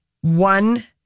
one